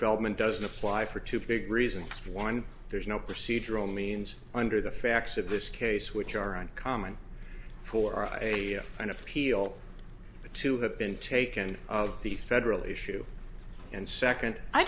feldman doesn't apply for two big reasons one there's no procedural means under the facts of this case which are uncommon for an appeal to have been taken of the federal issue and second i